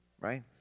Right